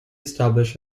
establish